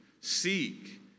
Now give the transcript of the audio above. Seek